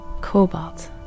cobalt